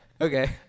Okay